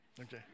Okay